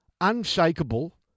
unshakable